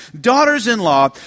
daughters-in-law